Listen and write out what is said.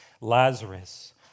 Lazarus